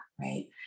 right